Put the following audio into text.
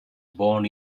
born